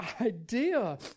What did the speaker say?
idea